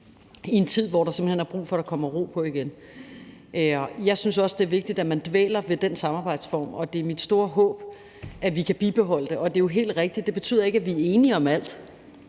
i en tid, hvor der simpelt hen er brug for, at der kommer ro på igen. Jeg synes også, det er vigtigt, at man dvæler ved den samarbejdsform, og det er mit store håb, at vi kan bibeholde den. Og det er jo helt rigtigt, at det ikke betyder, at vi er enige om alt